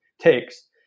takes